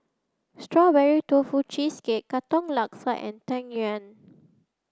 Strawberry Tofu Cheesecake Katong Laksa and Tang Yuen